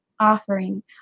offering